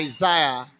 Isaiah